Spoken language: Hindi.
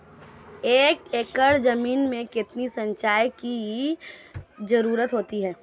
एक एकड़ ज़मीन में कितनी सिंचाई की ज़रुरत होती है?